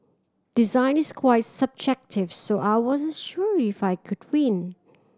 design is quite subjective so I wasn't sure if I could win